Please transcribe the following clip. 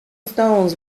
stones